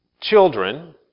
Children